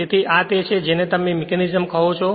તેથી આ તે છે જેને તમે આ મિકેનિઝમ કહો છો